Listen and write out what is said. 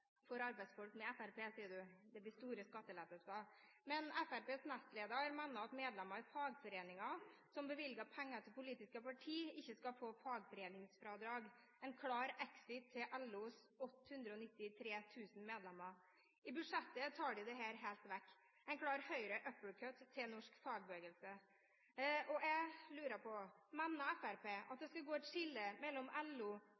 for arbeidsfolk – med Fremskrittspartiet blir det store skattelettelser. Men Fremskrittspartiets nestleder mener at medlemmer i fagforeninger som bevilger penger til politiske parti, ikke skal få fagforeningsfradrag – en klar exit til LOs 893 000 medlemmer. I budsjettet tar de dette helt vekk, en klar høyre-uppercut til norsk fagbevegelse. Jeg lurer på: Mener Fremskrittspartiet at det skal gå et skille mellom LO og resten av